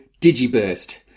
DigiBurst